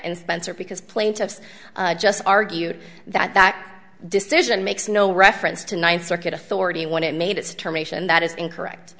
d spencer because plaintiffs just argued that that decision makes no reference to ninth circuit authority when it made its term ation that is incorrect